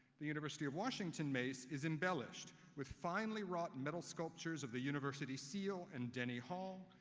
the university of washington mace is embellished with finely wrought metal sculptures of the university seal and denny hall,